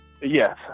Yes